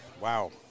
Wow